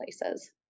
places